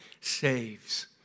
saves